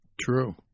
True